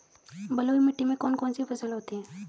बलुई मिट्टी में कौन कौन सी फसल होती हैं?